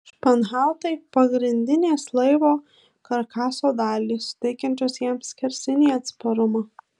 španhautai pagrindinės laivo karkaso dalys suteikiančios jam skersinį atsparumą